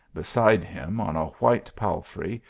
beside him, on a white palfrey,